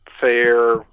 fair